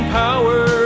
power